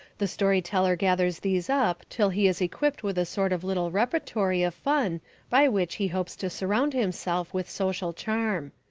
the storyteller gathers these up till he is equipped with a sort of little repertory of fun by which he hopes to surround himself with social charm.